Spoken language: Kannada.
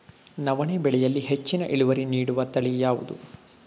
ನವಣೆ ಬೆಳೆಯಲ್ಲಿ ಹೆಚ್ಚಿನ ಇಳುವರಿ ನೀಡುವ ತಳಿ ಯಾವುದು?